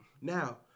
Now